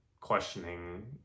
questioning